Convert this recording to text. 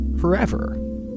forever